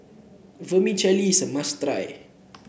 vermicelli is a must try